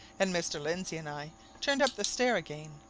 and mr. lindsey and i turned up the stair again.